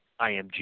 IMG